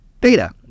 data